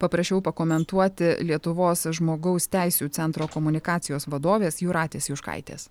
paprašiau pakomentuoti lietuvos žmogaus teisių centro komunikacijos vadovės jūratės juškaitės